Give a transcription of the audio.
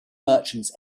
merchants